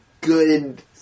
good